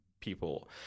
people